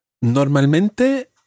Normalmente